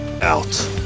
out